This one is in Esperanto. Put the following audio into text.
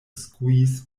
skuis